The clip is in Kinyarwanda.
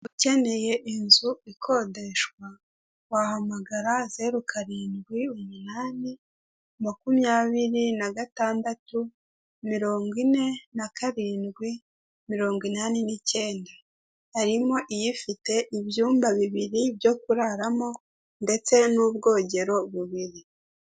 Ukeneye inzu ikodeshwa wahamagara zeru karindwi umunani makumyabiri na gatandatu mirongo ine na karindwi mirongo inani n'ikenda. Harimo iyifite ibyumba bibiri byo kuraramo ndetse n'ubwogero bubiri.